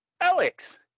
alex